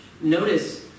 Notice